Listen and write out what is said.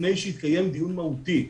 לפני שיתקיים דיון מהותי,